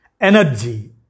energy